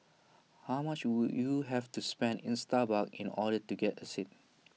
how much would you have to spend in Starbucks in order to get A seat